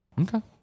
Okay